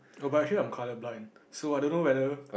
err but here I'm colour blind so I don't know whether